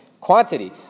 quantity